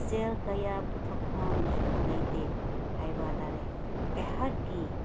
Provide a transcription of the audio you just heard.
ꯁꯦꯜ ꯀꯌꯥ ꯄꯨꯊꯣꯛꯐꯝꯁꯨ ꯂꯩꯇꯦ ꯍꯥꯏꯕ ꯇꯥꯔꯦ ꯑꯩꯍꯥꯛꯀꯤ